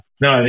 no